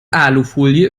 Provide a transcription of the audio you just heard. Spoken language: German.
alufolie